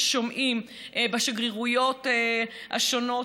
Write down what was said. ושומעים בשגרירויות השונות,